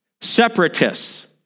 separatists